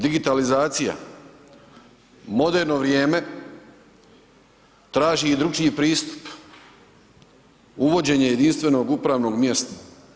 Digitalizacija, moderno vrijeme traži i drukčiji pristup, uvođenje jedinstvenog upravnog mjesta.